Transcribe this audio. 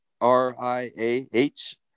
R-I-A-H